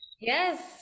Yes